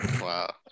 Wow